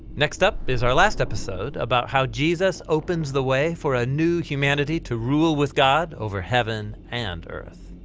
next up is our last episode about how jesus opens the way for a new humanity to rule with god over heaven and earth.